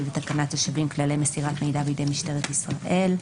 ותקנת השבים (כללי מסירת מידע בידי משטרת ישראל).